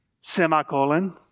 semicolon